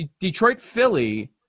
Detroit-Philly